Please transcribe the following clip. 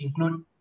include